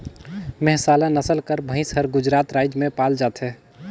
मेहसाला नसल कर भंइस हर गुजरात राएज में पाल जाथे